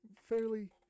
fairly